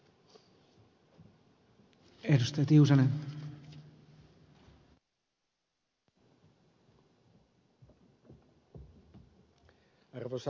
arvoisa herra puhemies